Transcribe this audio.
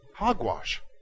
hogwash